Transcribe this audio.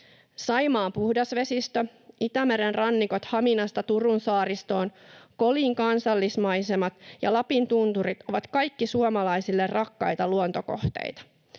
Saimaan puhdas vesistö, Itämeren rannikot Haminasta Turun saaristoon, Kolin kansallismaisemat ja Lapin tunturit ovat kaikki suomalaisille rakkaita luontokohteita.